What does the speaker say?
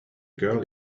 girl